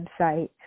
website